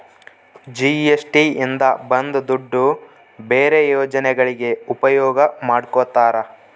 GST ಇಂದ ಬಂದ್ ದುಡ್ಡು ಬೇರೆ ಯೋಜನೆಗಳಿಗೆ ಉಪಯೋಗ ಮಾಡ್ಕೋತರ